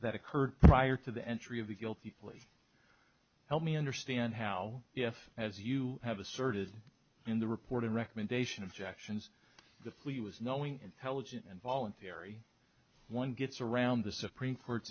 that occurred prior to the entry of the guilty plea help me understand how if as you have asserted in the report and recommendation injections the plea was knowing teligent involuntary one gets around the supreme court